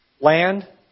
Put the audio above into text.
land